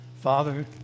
Father